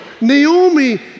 Naomi